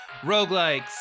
roguelikes